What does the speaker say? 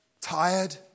tired